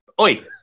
Oi